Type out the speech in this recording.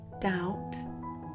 doubt